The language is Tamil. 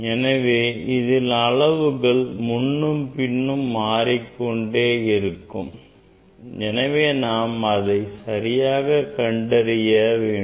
எனவே இதில் அளவுகள் முன்னும் பின்னும் மாறிக்கொண்டே இருக்கும் எனவே நாம் அதனை சரியாக கண்டறிய வேண்டும்